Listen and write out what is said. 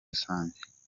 rusange